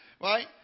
Right